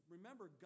Remember